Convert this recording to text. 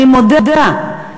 אני מודה,